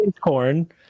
corn